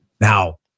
Now